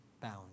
bound